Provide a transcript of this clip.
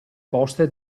poste